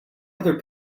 other